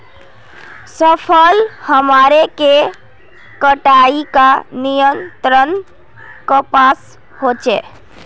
फसल हमार के कटाई का नियंत्रण कपास होचे?